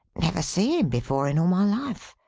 never see him before, in all my life.